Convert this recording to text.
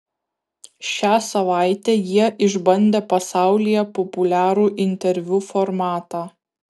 šią savaitę jie išbandė pasaulyje populiarų interviu formatą